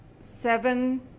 Seven